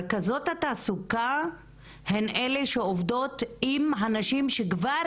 רכזות התעסוקה הן אלה שעובדות עם הנשים שכבר